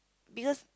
because